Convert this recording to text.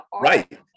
right